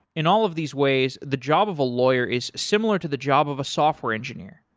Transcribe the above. in all of these ways, the job of a lawyer is similar to the job of a software engineer,